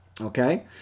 Okay